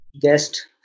guest